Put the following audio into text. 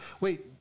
wait